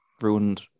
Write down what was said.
Ruined